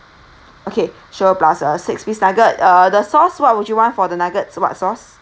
okay sure plus uh six piece nugget uh the sauce what would you want for the nuggets what sauce